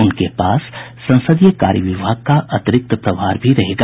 उनके पास संसदीय कार्य विभाग का अतिरिक्त प्रभार भी रहेगा